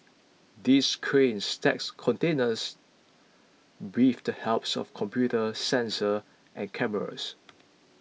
these cranes stack containers with the helps of computers sensors and cameras